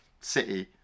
city